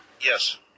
Yes